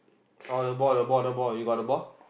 oh the ball the ball the ball you got the ball